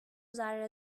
ذره